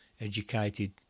educated